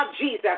Jesus